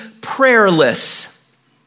prayerless